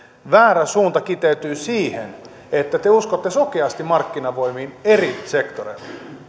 väärä suunta kiteytyy siihen että te uskotte sokeasti markkinavoimiin eri sektoreilla